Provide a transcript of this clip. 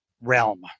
realm